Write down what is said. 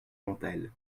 mentale